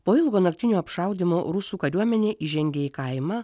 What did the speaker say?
po ilgo naktinio apšaudymo rusų kariuomenė įžengė į kaimą